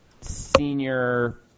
senior